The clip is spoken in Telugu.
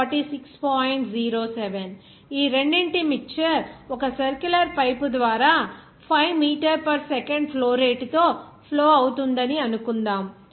07 ఈ రెండింటి మిక్చర్ ఒక సర్క్యులర్ పైపు ద్వారా 5 మీటర్ పర్ సెకండ్ ఫ్లో రేటుతో ఫ్లో అవుతుందని అనుకుందాం